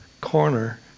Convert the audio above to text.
corner